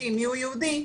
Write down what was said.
בודקים מיהו יהודי,